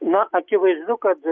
na akivaizdu kad